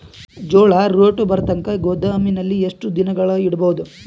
ಜೋಳ ರೇಟು ಬರತಂಕ ಗೋದಾಮಿನಲ್ಲಿ ಎಷ್ಟು ದಿನಗಳು ಯಿಡಬಹುದು?